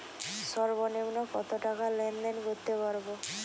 সর্বনিম্ন কত টাকা লেনদেন করতে পারবো?